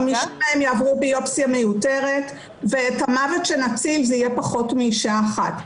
חמש מהן יעברו ביופסיה מיותרת ואת המוות שנציל זה יהיה פחות מאישה אחת.